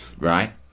right